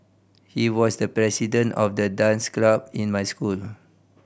he was the president of the dance club in my school